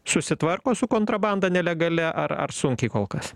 susitvarko su kontrabanda nelegalia ar ar sunkiai kol kas